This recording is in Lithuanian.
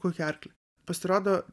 kokį arklį pasirodo